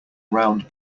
round